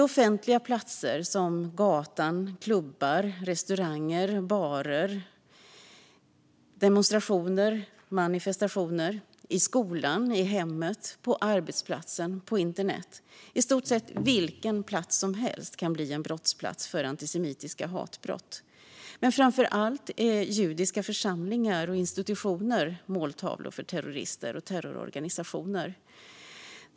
Offentliga platser som gatan, klubbar, restauranger, barer, demonstrationer och manifestationer men även skolan, hemmet, arbetsplatsen och internet - i stort sett vilken plats som helst kan bli en brottsplats för antisemitiska hatbrott. Men framför allt är judiska församlingar och institutioner måltavlor för terrorister och terrororganisationer.